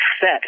set